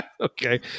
okay